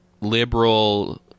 liberal